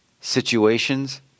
situations